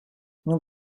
nous